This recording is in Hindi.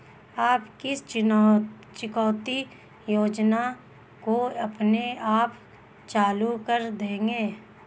आप किस चुकौती योजना को अपने आप चालू कर देंगे?